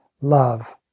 love